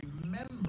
remember